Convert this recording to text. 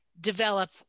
develop